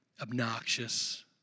obnoxious